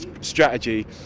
strategy